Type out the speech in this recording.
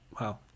Wow